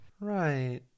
Right